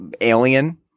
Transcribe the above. alien